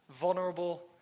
vulnerable